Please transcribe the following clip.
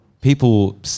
people